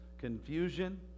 Confusion